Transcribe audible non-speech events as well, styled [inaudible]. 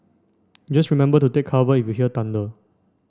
[noise] just remember to take cover if you hear thunder